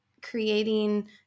creating